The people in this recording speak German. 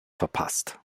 verpasst